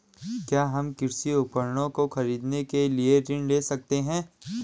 क्या हम कृषि उपकरणों को खरीदने के लिए ऋण ले सकते हैं?